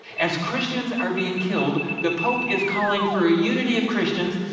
as christians are being killed the pope is calling for a unity of christians.